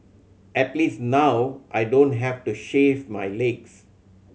at least now I don't have to shave my legs